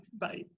Bye